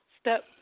step